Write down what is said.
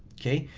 okay.